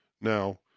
Now